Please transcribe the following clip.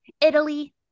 Italy